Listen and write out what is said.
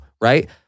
right